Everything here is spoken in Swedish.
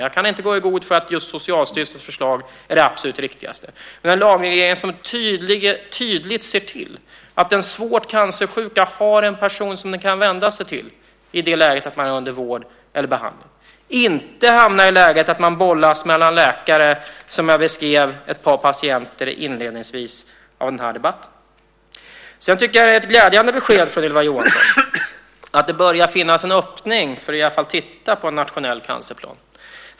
Jag kan inte gå i god för att just Socialstyrelsens förslag är det absolut riktigaste. Men det ska vara en lagreglering som tydligt ser till att den svårt cancersjuka har en person som hon kan vända sig till i det läget då hon är under vård eller behandling. Man ska inte hamna i det läget att man bollas mellan läkare. Jag beskrev ett par patienter inledningsvis i den här debatten. Jag tycker att det är ett glädjande besked från Ylva Johansson att det börjar finnas en öppning för att i alla fall titta på en nationell cancerplan.